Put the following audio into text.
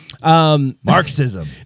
Marxism